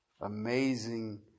amazing